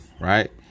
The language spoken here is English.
right